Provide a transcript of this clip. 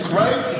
right